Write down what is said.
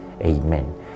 Amen